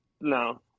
No